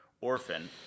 orphan